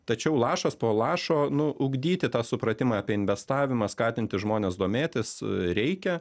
tačiau lašas po lašo nu ugdyti tą supratimą apie investavimą skatinti žmones domėtis reikia